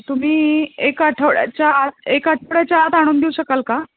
तुम्ही एक आठवड्याच्या आत एक आठवड्याच्या आत आणून देऊ शकाल का